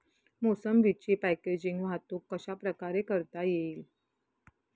मोसंबीची पॅकेजिंग वाहतूक कशाप्रकारे करता येईल?